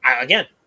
again